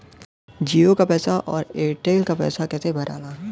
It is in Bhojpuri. जीओ का पैसा और एयर तेलका पैसा कैसे भराला?